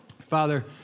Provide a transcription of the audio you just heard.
Father